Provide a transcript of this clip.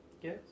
Yes